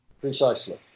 Precisely